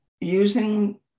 using